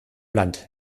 land